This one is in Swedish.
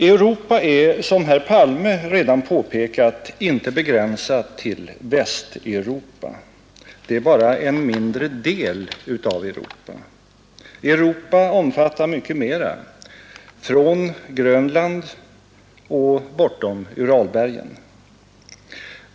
Europa är, som herr Palme redan påpekat, inte begränsat till Västeuropa — det är bara en mindre del av Europa. Europa omfattar mycket mer, från Grönland till bortom Uralbergen.